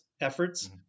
efforts